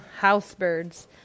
housebirds